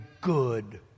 good